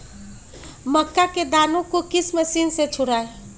मक्का के दानो को किस मशीन से छुड़ाए?